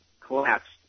collapsed